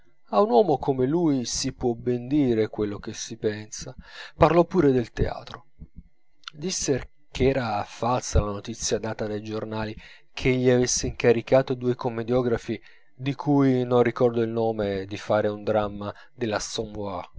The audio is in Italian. a un uomo come lui si può ben dire quello che si pensa parlò pure del teatro disse che era falsa la notizia data dai giornali che egli avesse incaricato due commediografi di cui non ricordo il nome di fare un dramma dell'assommoir